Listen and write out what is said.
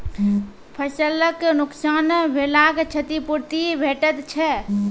फसलक नुकसान भेलाक क्षतिपूर्ति भेटैत छै?